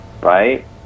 right